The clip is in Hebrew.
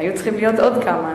היו צריכים להיות עוד כמה,